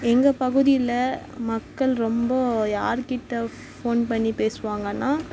எங்கள் பகுதியில் மக்கள் ரொம்ப யாருக்கிட்டே ஃபோன் பண்ணி பேசுவாங்கன்னா